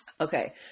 okay